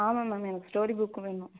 ஆமாம் மேம் எனக்கு story book வேணும்